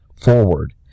forward